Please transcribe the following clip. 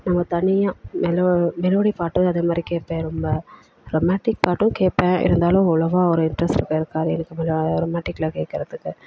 நம்ம தனியாக மெலோ மெலோடி பாட்டு அது மாதிரி கேட்பேன் ரொம்ப ரொமாண்ட்டிக் பாட்டும் கேட்பேன் இருந்தாலும் அவ்ளோவா ஒரு இன்ட்ரெஸ்ட் இருக்காது எனக்கு அவ்ளோவா ரொமாண்ட்டிகில் கேட்குறதுக்கு